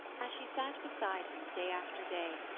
as she sat beside him day after day,